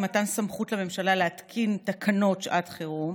מתן סמכות לממשלה להתקין תקנות שעת חירום,